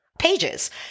pages